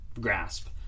grasp